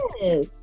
yes